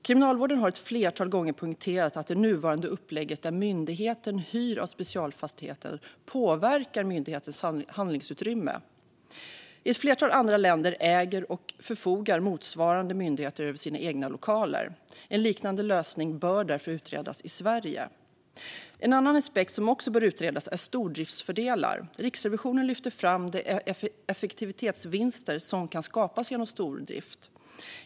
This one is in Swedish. Kriminalvården har ett flertal gånger poängterat att det nuvarande upplägget, där myndigheten hyr av Specialfastigheter, påverkar myndighetens handlingsutrymme. I ett flertal andra länder äger och förfogar motsvarande myndigheter över sina egna lokaler. En liknande lösning bör därför utredas i Sverige. En annan aspekt som också bör utredas är stordriftsfördelar. Riksrevisionen lyfter fram de effektivitetsvinster som kan skapas genom stordrift.